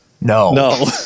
no